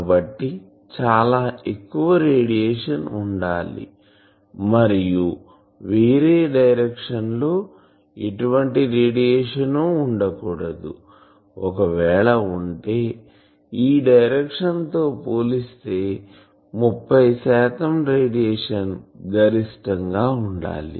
కాబట్టి చాలా ఎక్కువ రేడియేషన్ ఉండాలి మరియు వేరే డైరెక్షన్ లో ఎటువంటి రేడియేషన్ ఉండకూడదు ఒక వేళా ఉంటే ఈ డైరెక్షన్ తో పోలిస్తే 30 శాతం రేడియేషన్ గరిష్టంగా ఉండాలి